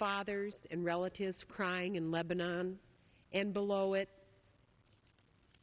fathers and relatives crying in lebanon and below it